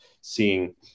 seeing